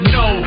no